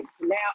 Now